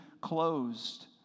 closed